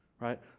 Right